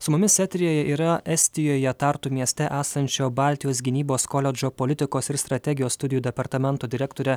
su mumis eteryje yra estijoje tartu mieste esančio baltijos gynybos koledžo politikos ir strategijos studijų departamento direktore